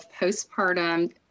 postpartum